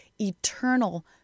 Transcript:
eternal